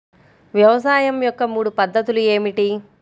వ్యవసాయం యొక్క మూడు పద్ధతులు ఏమిటి?